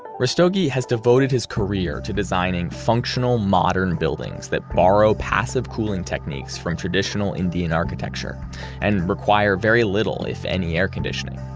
rastogi has devoted his career to designing functional, modern buildings that borrow passive cooling techniques from traditional indian architecture and require very little, if any, air conditioning.